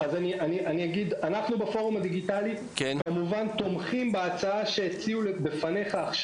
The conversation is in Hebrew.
אנחנו בפורום הדיגיטלי תומכים בהצעה ששמו בפניך.